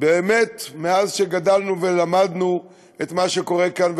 באמת מאז שגדלנו ולמדנו את מה שקורה כאן,